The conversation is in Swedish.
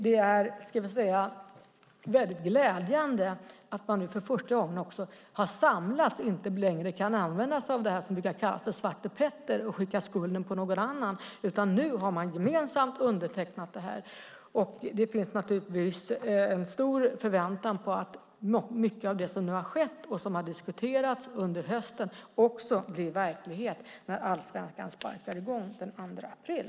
Det är, ska jag säga, väldigt glädjande att man nu för första gången har samlats och inte längre kan använda sig av det som brukar kallas för svartepetter, att skicka skulden på någon annan. Nu har man gemensamt undertecknat det här. Det blir naturligtvis en stor förväntan på att mycket av det som nu har skett och som har diskuterats under hösten också bli verklighet när allsvenskan sparkar i gång den 2 april.